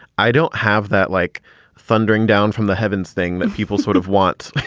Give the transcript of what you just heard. i don't have that like thundering down from the heavens thing that people sort of want